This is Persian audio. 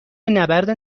نبرد